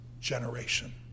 generation